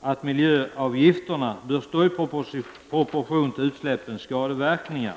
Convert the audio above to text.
att miljöavgifterna bör stå i proportion till utsläppens skadeverkningar.